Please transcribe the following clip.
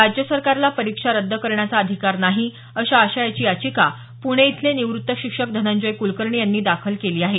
राज्य सरकारला परीक्षा रद्द करण्याचा अधिकार नाही अशा आशयाची याचिका पुणे इथले निवृत्त शिक्षक धनंजय कुलकर्णी यांनी दाखल केली आहे